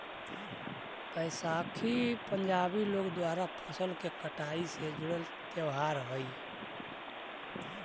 बैसाखी पंजाबी लोग द्वारा फसल के कटाई से जुड़ल त्योहार हइ